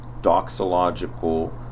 doxological